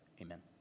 amen